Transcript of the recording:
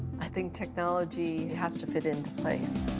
i think technology has to fit into place.